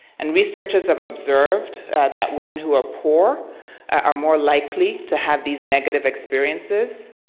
and researchers have observed that women who are poor are more likely to have these negative experiences.